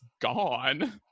gone